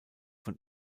von